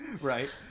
Right